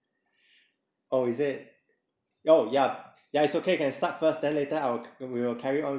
oh is it oh yup ya it's okay can start first then later I will we will carry on